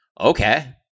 Okay